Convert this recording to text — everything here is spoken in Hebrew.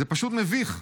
זה פשוט מביך.